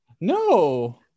No